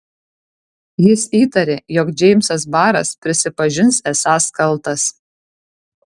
jis įtarė jog džeimsas baras prisipažins esąs kaltas